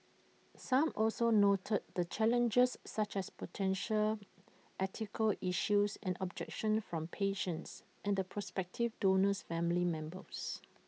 some also noted the challenges such as potential ethical issues and objections from patients and the prospective donor's family members